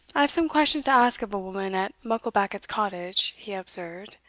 i have some questions to ask of a woman at mucklebackit's cottage, he observed,